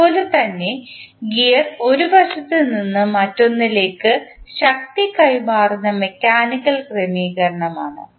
അതുപോലെ തന്നെ ഗിയർ ഒരു വശത്ത് നിന്ന് മറ്റൊന്നിലേക്ക് ശക്തി കൈമാറുന്ന മെക്കാനിക്കൽ ക്രമീകരണമാണ്